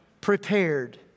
prepared